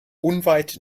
unweit